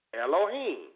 Elohim